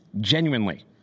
genuinely